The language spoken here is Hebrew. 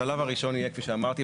השלב הראשון יהיה כפי שאמרתי,